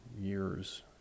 years